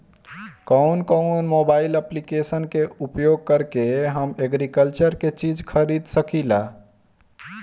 कउन कउन mobile application का प्रयोग करके हम एग्रीकल्चर के चिज खरीद सकिला?